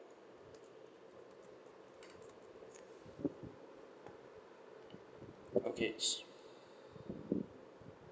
okay s~